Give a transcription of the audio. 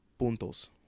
puntos